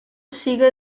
siga